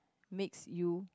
makes you